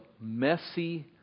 messy